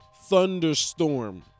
thunderstorm